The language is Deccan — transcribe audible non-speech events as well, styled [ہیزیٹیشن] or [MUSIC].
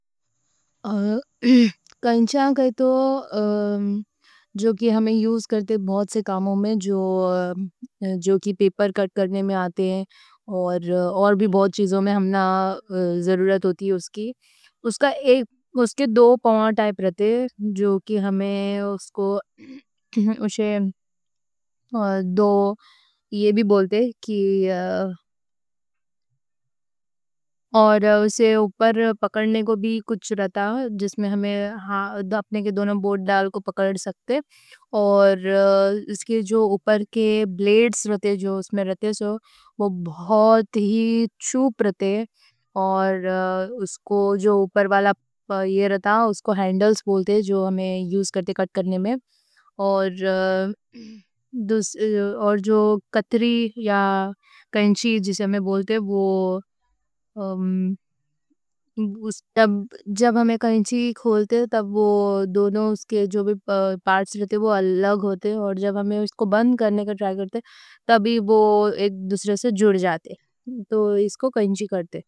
ہ [HESITATION] کنچی بولتے جو کہ ہم یوز کرتے بہت سے کاموں میں، جو کہ پیپر کٹ کرنے میں آتے، اور بہت چیزوں میں ہمنا ضرورت ہوتی۔ اس کے دو پارٹس رہتے۔ [ہیزیٹیشن] جو کہ ہم اسے [HESITATION] یہ بھی بولتے۔ اور اوپر پکڑنے کو بھی کچھ رہتا، جس میں ہم اپنے دونوں بوٹ ڈال کو پکڑ سکتے۔ اس کے اوپر کے بلیڈز رہتے، وہ بہت ہی شارپ رہتے۔ جو اوپر والا رہتا، اس کو ہینڈلز بولتے۔ اور جو کتری یا کنچی جسے ہم بولتے، جب ہم کنچی کھولتے تب [HESITATION] دونوں اس کے پارٹس الگ ہوتے، اور جب ہم اسے بند کرنے کا ٹرائے کرتے تب ہی وہ ایک دوسرے سے جڑ جاتے، تو اس کو کٹ کرتے ہیں۔